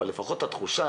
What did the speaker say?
אבל לפחות התחושה,